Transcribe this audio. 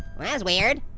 was weird.